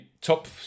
Top